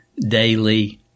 daily